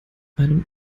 einem